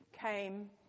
came